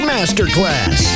Masterclass